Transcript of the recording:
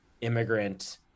immigrant